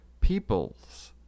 people's